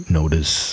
notice